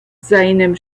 seinem